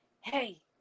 hey